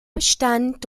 bestand